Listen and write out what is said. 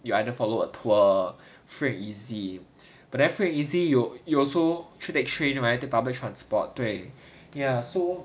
you either follow a tour free and easy but then free and easy you you also should take a train right take public transport 对 ya so